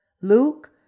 Luke